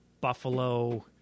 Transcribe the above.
Buffalo